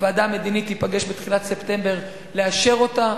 הוועדה המדינית תיפגש בתחילת ספטמבר לאשר אותה,